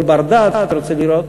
כל בר-דעת רוצה לראות,